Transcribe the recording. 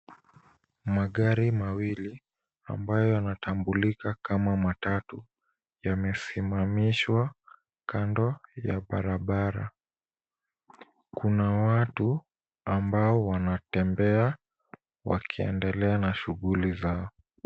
Magari mawili ambayo yanatambulika kama matatu yamesimamishwa kando ya barabara. Kuna watu ambao wanatembea wakiendelea na shughuli zao.